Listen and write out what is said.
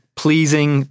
pleasing